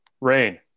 Rain